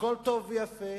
הכול טוב ויפה.